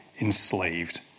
enslaved